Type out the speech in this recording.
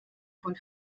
von